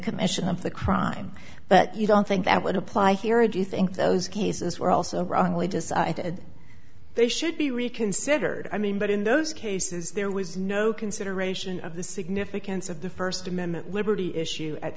commission of the crime but you don't think that would apply here and you think those cases were also wrongly decided they should be reconsidered i mean but in those cases there was no consideration of the significance of the first amendment liberty issue at